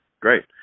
great